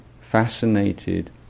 fascinated